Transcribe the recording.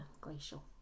Glacial